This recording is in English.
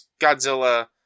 Godzilla